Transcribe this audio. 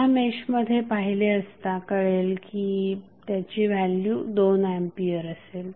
ह्या मेशमध्ये पाहिले असता कळेल की त्याची व्हॅल्यू 2 एंपियर असेल